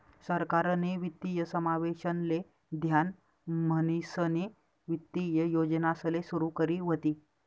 सरकारनी वित्तीय समावेशन ले ध्यान म्हणीसनी वित्तीय योजनासले सुरू करी व्हती